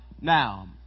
now